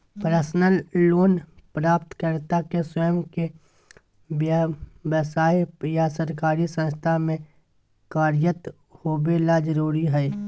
personal loan प्राप्तकर्ता के स्वयं के व्यव्साय या सरकारी संस्था में कार्यरत होबे ला जरुरी हइ